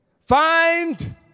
Find